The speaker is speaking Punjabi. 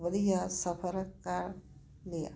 ਵਧੀਆ ਸਫ਼ਰ ਕਰ ਲਿਆ